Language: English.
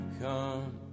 come